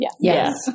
Yes